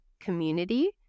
community